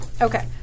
Okay